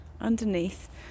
underneath